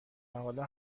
حالا